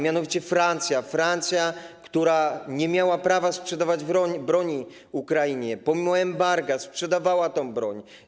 Mianowicie Francja, która nie miała prawa sprzedawać broni Rosji, pomimo embarga sprzedawała tę broń.